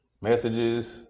Messages